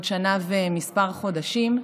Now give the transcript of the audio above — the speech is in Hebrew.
בעוד שנה וכמה חודשים.